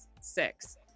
six